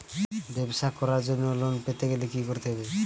ব্যবসা করার জন্য লোন পেতে গেলে কি কি করতে হবে?